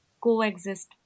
coexist